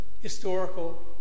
historical